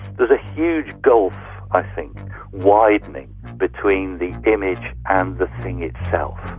there's a huge gulf i think widening between the image and the thing itself.